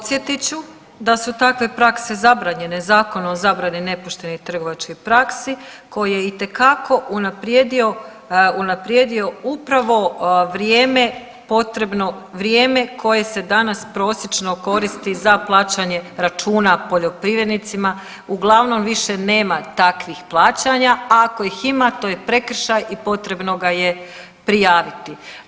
Podsjetit ću da su takve prakse zabranjene Zakonom o zabrani nepoštenih trgovačkih praksi koji je itekako unaprijedio, unaprijedio upravo vrijeme potrebno, vrijeme koje se danas prosječno koristi za plaćanje računa poljoprivrednicima uglavnom više nema takvih plaćanja, a ako ih ima to je prekršaj i potrebno ga je prijaviti.